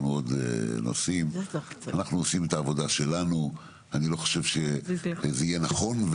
עוד נושאים אני לא חושב שזה יהיה נכון,